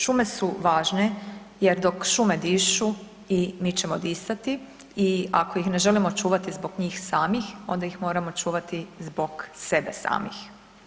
Šume su važne jer dok šume dišu i mi ćemo disati i ako ih ne želimo čuvati zbog njih samih, onda ih moramo čuvati zbog sebe samih.